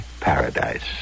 paradise